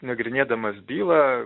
nagrinėdamas bylą